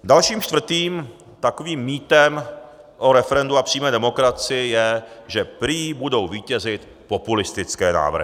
Dalším, čtvrtým mýtem o referendu a přímé demokracii je, že prý budou vítězit populistické návrhy.